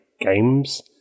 games